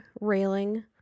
railing